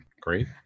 great